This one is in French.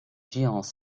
giants